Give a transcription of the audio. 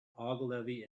ogilvy